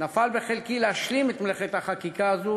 נפל בחלקי להשלים את מלאכת החקיקה הזאת,